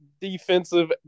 defensive